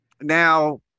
Now